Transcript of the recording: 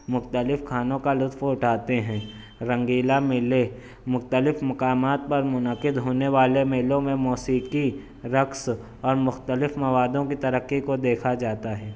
مختلف کھانوں کا لطف اٹھاتے ہیں رنگیلا میلے مختلف مقامات پر منعقد ہونے والے میلوں میں موسیقی رقص اور مختلف موادوں کی ترقی کو دیکھا جاتا ہے